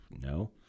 no